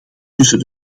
tussen